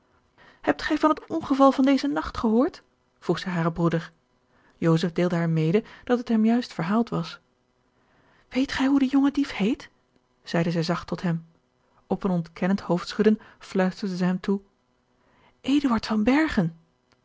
hebt gij van het ongeval van dezen nacht gehoord vroeg zij haren broeder joseph deelde haar mede dat het hem juist verhaald was weet gij hoe de jonge dief heet zeide zij zacht tot hem op een ontkennend hoofdschudden fluisterde zij hem toe